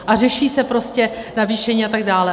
A řeší se prostě navýšení a tak dále.